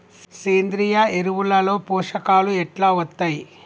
సేంద్రీయ ఎరువుల లో పోషకాలు ఎట్లా వత్తయ్?